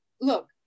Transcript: look